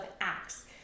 acts